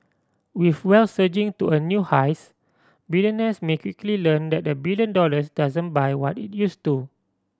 with wealth surging to a new highs billionaires may quickly learn that a billion dollars doesn't buy what it used to